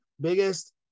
Biggest